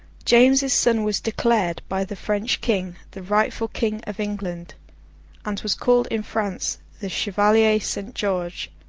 james's son was declared, by the french king, the rightful king of england and was called in france the chevalier saint george,